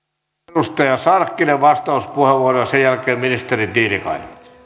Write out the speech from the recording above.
edustaja sarkkinen vastauspuheenvuoro ja sen jälkeen ministeri tiilikainen